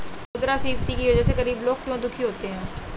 मुद्रास्फीति की वजह से गरीब लोग क्यों दुखी होते हैं?